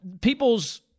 People's